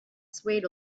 swayed